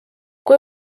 kui